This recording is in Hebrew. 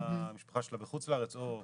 המשפחה שלה בחוץ לארץ או יתומים.